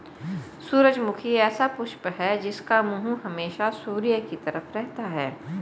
सूरजमुखी ऐसा पुष्प है जिसका मुंह हमेशा सूर्य की तरफ रहता है